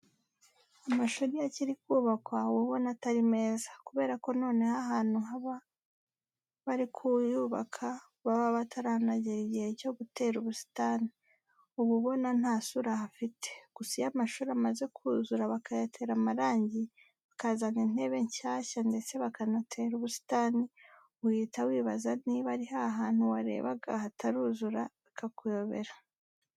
Amashuri iyo akiri kubakwa uba ubona atari meza. Kubera ko noneho ahantu baba bari kuyubaka baba bataranagera igihe cyo gutera ubusitani, uba ubona nta sura hafite. Gusa iyo amashuri amaze kuzura bakayatera amarangi, bakazana intebe nshyashya ndetse bakanatera ubusitani, uhita wibaza niba ari ha hantu warebaga hataruzura bikakuyobera.